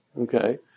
Okay